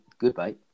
goodbye